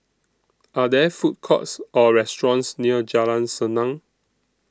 Are There Food Courts Or restaurants near Jalan Senang